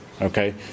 Okay